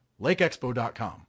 lakeexpo.com